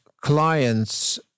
clients